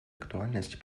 актуальность